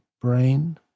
brain